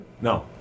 no